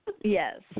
Yes